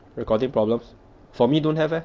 recording problems for me don't have leh